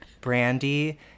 Brandy